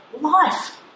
life